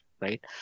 right